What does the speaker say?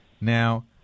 Now